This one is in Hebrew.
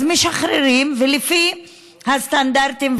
אז משחררים לפי הסטנדרטים,